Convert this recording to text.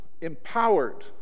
empowered